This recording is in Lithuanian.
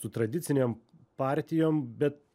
su tradicinėm partijom bet